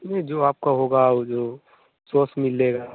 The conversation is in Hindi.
नहीं जो आपका होगा उ जो सॉस मिलेगा